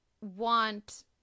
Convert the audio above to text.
want